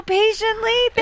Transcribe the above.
patiently